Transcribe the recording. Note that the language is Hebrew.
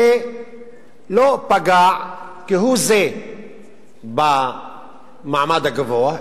זה לא פגע כהוא-זה במעמד הגבוה,